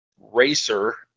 racer